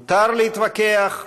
מותר להתווכח,